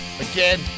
again